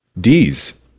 D's